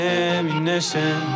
ammunition